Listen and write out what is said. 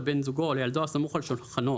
לבן זוגו או לילדו הסמוך על שולחנו,